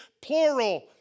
plural